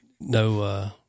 No